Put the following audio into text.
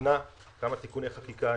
תיקנה כמה תיקוני חקיקה.